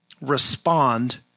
Respond